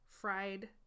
fried